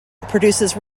produces